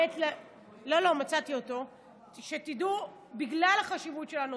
בגלל החשיבות של הנושא.